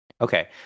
Okay